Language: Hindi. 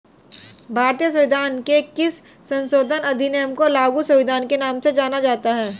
भारतीय संविधान के किस संशोधन अधिनियम को लघु संविधान के नाम से जाना जाता है?